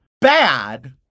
bad